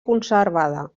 conservada